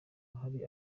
hari